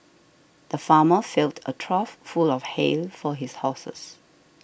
the farmer filled a trough full of hay for his horses